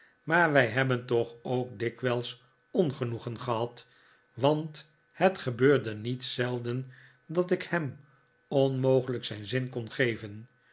maar wij hebben toch ook dikwijls ongenoegen gehad want het geheurde niet zelden dat ik hem onmogelijk zijn zin kon geven